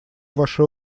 вашей